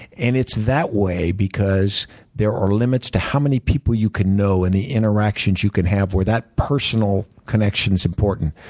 and it's that way because there are limits to how many people you can know and the interactions you can have where that personal connection is important.